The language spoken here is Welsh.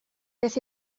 beth